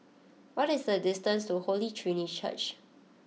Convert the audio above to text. what is the distance to Holy Trinity Church